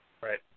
Right